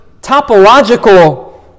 topological